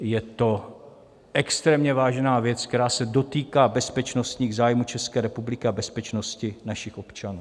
Je to extrémně vážná věc, která se dotýká bezpečnostních zájmů České republiky a bezpečnosti našich občanů.